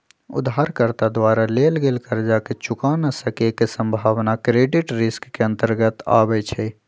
उधारकर्ता द्वारा लेल गेल कर्जा के चुक्ता न क सक्के के संभावना क्रेडिट रिस्क के अंतर्गत आबइ छै